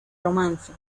romance